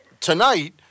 tonight